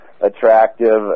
attractive